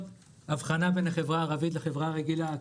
הבחנה בין החברה הערבית לחברה הרגילה.